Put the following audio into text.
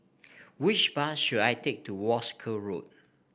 which bus should I take to Wolskel Road